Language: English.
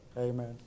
Amen